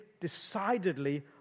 decidedly